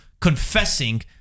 confessing